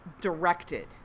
directed